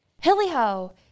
Hilly-ho